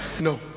No